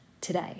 today